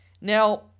Now